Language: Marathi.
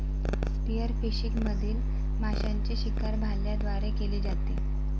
स्पीयरफिशिंग मधील माशांची शिकार भाल्यांद्वारे केली जाते